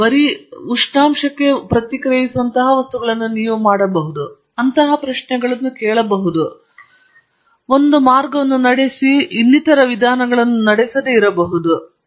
ಆದ್ದರಿಂದ ನೀವು ಅಂತಹ ಪ್ರಶ್ನೆಗಳನ್ನು ಕೇಳಬಹುದು ಉದಾಹರಣೆಗೆ ನೀವು ವಸ್ತುಗಳನ್ನು ಕೇಳಬಹುದು ನಾವು ಒಂದು ಮಾರ್ಗವನ್ನು ನಡೆಸುತ್ತೇವೆ ಮತ್ತು ಇನ್ನಿತರ ವಿಧಾನಗಳನ್ನು ನಡೆಸುವುದಿಲ್ಲ